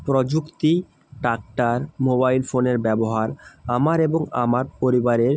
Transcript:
প্রযুক্তি tractor mobile ফোনের ব্যবহার আমার এবং আমার পরিবারের